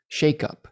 shakeup